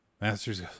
master's